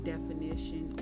definition